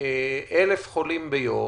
1,000 חולים ביום